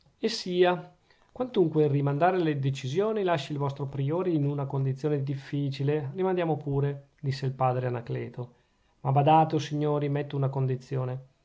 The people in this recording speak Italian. e sia quantunque il rimandare la decisione lasci il vostro priore in una condizione difficile rimandiamo pure disse il padre anacleto ma badate o signori metto una condizione